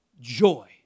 joy